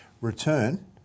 return